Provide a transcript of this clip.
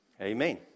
Amen